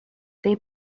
they